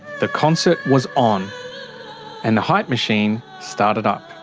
the concert was on and the hype machine started up.